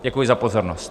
Děkuji za pozornost.